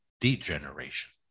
degeneration